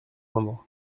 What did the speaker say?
indre